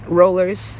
rollers